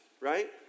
right